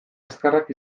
azkarrak